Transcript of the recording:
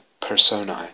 personae